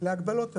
להגבלות המהירות.